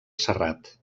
serrat